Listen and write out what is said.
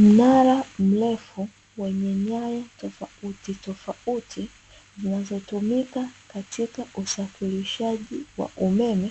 Mnara mrefu wenye nyaya tofautitofauti zinazotumika katika usafirishaji wa umeme